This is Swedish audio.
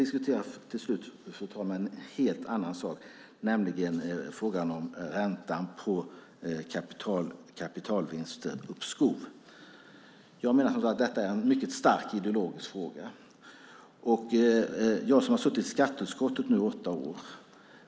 Låt mig till slut diskutera en helt annan sak, nämligen frågan om räntan på kapitalvinstuppskov. Detta är en mycket starkt ideologisk fråga. Jag har nu suttit i skatteutskottet i åtta år.